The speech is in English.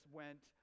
went